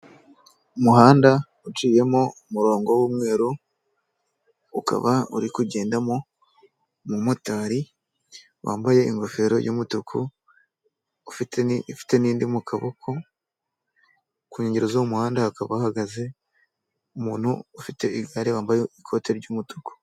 Umuhanda uciyemo umurongo w'umweru, ukaba uri kugendamo umumotari wambaye ingofero y'umutuku, ifite n'indi mu kaboko, ku nkengero z'owo muhanda hakaba hahagaze umuntu ufite igare wambaye ikote ry'umutuku.